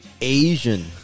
Asian